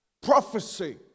prophecy